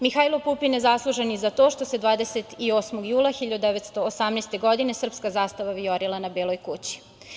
Mihajlo Pupin je zaslužan i za to što se 28. jula 1918. godina srpska zastava vijorila na Beloj Kući.